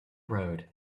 road